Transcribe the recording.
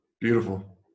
beautiful